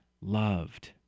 loved